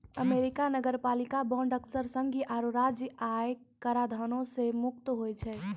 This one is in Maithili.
अमेरिका नगरपालिका बांड अक्सर संघीय आरो राज्य आय कराधानो से मुक्त होय छै